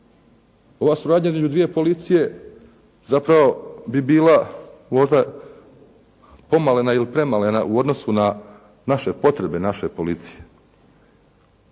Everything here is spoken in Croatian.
Ova suradnja između dvije policije zapravo bi bila možda pomalena ili premalena u odnosu na naše potrebe naše policije.